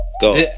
go